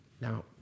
Now